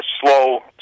slow